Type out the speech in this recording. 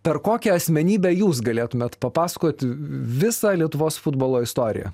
per kokią asmenybę jūs galėtumėt papasakot visą lietuvos futbolo istoriją